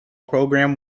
program